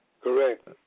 Correct